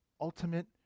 ultimate